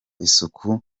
isuku